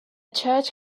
church